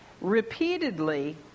Repeatedly